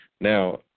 Now